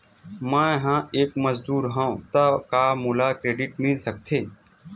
मैं ह एक मजदूर हंव त का मोला क्रेडिट मिल सकथे?